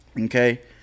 okay